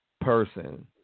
person